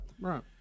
Right